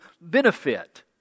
benefit